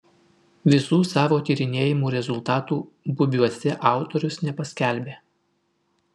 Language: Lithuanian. visų savo tyrinėjimų rezultatų bubiuose autorius nepaskelbė